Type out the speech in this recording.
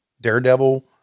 Daredevil